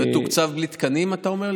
מתוקצב בלי תקנים, אתה אומר לי?